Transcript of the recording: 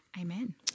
Amen